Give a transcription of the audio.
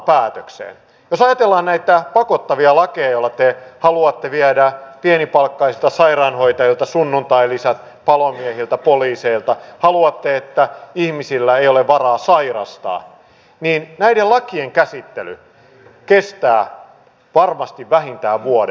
jos ajatellaan näitä pakottavia lakeja joilla te haluatte viedä pienipalkkaisilta sairaanhoitajilta palomiehiltä poliiseilta sunnuntailisät ja haluatte että ihmisillä ei ole varaa sairastaa niin näiden lakien käsittely kestää varmasti vähintään vuoden